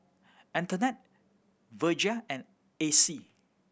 Antonette Virgia and Acy